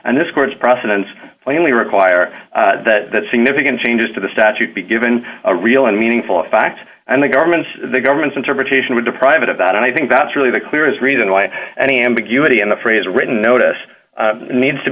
and this court's precedents only require that significant changes to the statute be given a real and meaningful effect and the government the government's interpretation would deprive it of that and i think that's really the clearest reason why any ambiguity in the phrase a written notice needs to